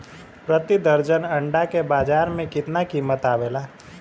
प्रति दर्जन अंडा के बाजार मे कितना कीमत आवेला?